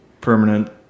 permanent